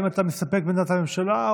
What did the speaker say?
האם אתה מסתפק בעמדת הממשלה,